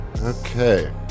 Okay